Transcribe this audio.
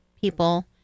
people